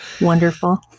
wonderful